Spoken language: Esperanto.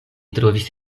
trovis